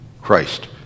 Christ